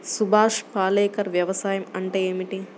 సుభాష్ పాలేకర్ వ్యవసాయం అంటే ఏమిటీ?